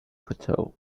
plateau